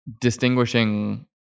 distinguishing